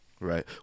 Right